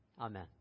Amen